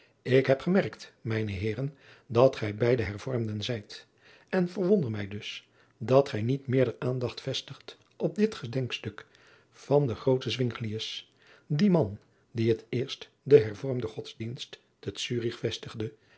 ik heb gemerkt mijn heeren dat gij beide hervormden zijt en verwonder mij dus dat gij niet meerder aandacht vestigt op dit gedenkstuk van den grooten zwinglius die man die het eerst den hervormden godsdienst te zurich vestigde